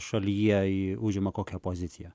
šalyje užima kokią poziciją